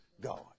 God